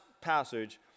passage